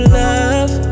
love